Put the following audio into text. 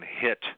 hit